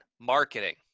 marketing